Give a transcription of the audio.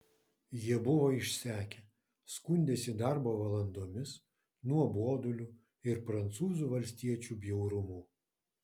jie buvo išsekę skundėsi darbo valandomis nuoboduliu ir prancūzų valstiečių bjaurumu